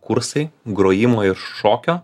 kursai grojimo ir šokio